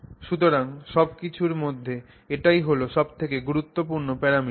সুতরাং সব কিছুর মধ্যে এটাই হল সব থেকে গুরুত্বপূর্ণ প্যারামিটার